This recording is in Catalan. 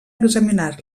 examinar